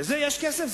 לזה יש כסף?